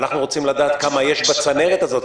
אנחנו רוצים לדעת כמה יש בצנרת הזאת,